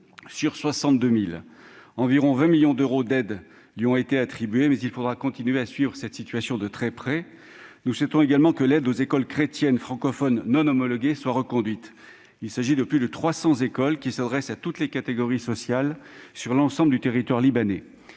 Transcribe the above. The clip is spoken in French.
sur 62 000. Environ 20 millions d'euros d'aides lui ont été attribués, mais il faudra continuer à suivre la situation de très près. Nous souhaitons également que l'aide aux écoles chrétiennes francophones non homologuées soit reconduite. Il s'agit de plus de 300 écoles, qui s'adressent à toutes les catégories sociales sur l'ensemble du territoire libanais.